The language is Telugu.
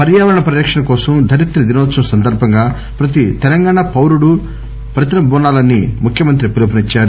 పర్యావరణ పరిరక్షణ కోసం ధరిత్రీ దినోత్సవం సందర్బంగా ప్రతి తెలంగాణ పౌరుడూ ప్రతినబూనాలని సిఎం పిలుపునిచ్చారు